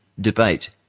debate